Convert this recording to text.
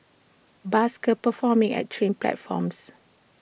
buskers performing at train platforms